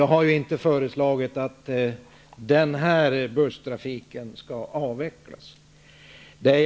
Jag har inte föreslagit att denna busstrafik skall avvecklas.